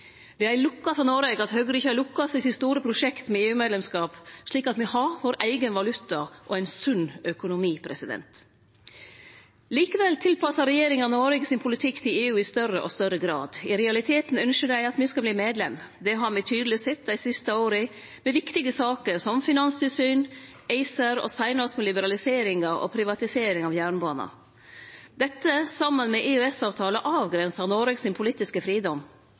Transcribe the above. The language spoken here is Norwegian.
Det er ei lukke for Noreg at Høgre ikkje har lukkast i sitt store prosjekt med EU-medlemskap, slik at me har vår eigen valuta og ein sunn økonomi. Likevel tilpassar regjeringa Noreg sin politikk til EU i større og større grad. I realiteten ynskjer dei at me skal verte medlem. Det har me tydeleg sett dei siste åra, med viktige saker som finanstilsyn, ACER og seinast med liberaliseringa og privatiseringa av jernbana. Dette, saman med EØS-avtalen, avgrensar Noregs politiske fridom.